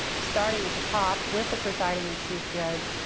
starting at the top with the presiding or chief judge,